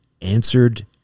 answered